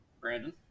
Brandon